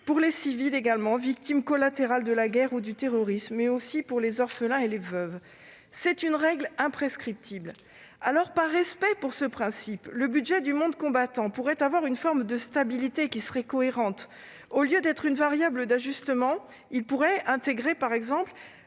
pour les civils, victimes collatérales de la guerre ou du terrorisme, mais aussi pour les orphelins et les veuves. C'est une règle imprescriptible. Alors, par respect pour ce principe, le budget du monde combattant pourrait avoir une forme de stabilité, qui serait cohérente. Au lieu d'être une variable d'ajustement, il pourrait intégrer, par exemple,